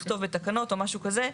לכתוב את התקנות או משהו כזה.